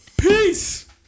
Peace